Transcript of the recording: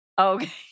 Okay